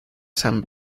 san